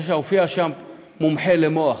הופיע שם מומחה למוח